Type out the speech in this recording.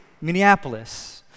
Minneapolis